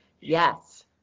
Yes